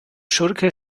schurke